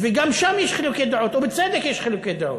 וגם שם יש חילוקי דעות,